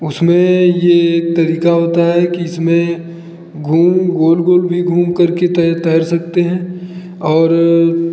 उसमें यह तरीका होता है कि इसमें घूम गोल गोल भी घूम करके तैर तैर सकते हैं और